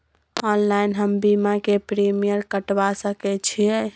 Online हम बीमा के प्रीमियम कटवा सके छिए?